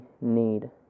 need